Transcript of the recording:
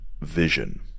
vision